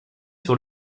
sur